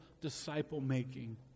disciple-making